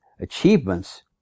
achievements